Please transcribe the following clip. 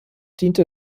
diente